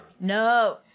No